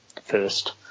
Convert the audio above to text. first